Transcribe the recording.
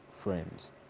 friends